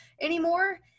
anymore